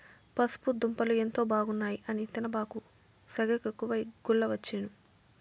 పసుపు దుంపలు ఎంతో బాగున్నాయి అని తినబాకు, సెగెక్కువై గుల్లవచ్చేను